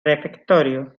refectorio